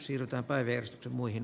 siirto työssä teemme